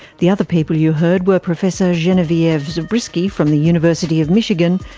the other people you heard were professor genevieve zubrzycki from the university of michigan,